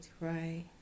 Right